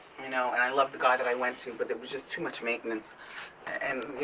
you know? and i loved the guy that i went to, but it was just too much maintenance and you